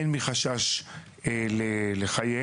הן מחשש לחייהם.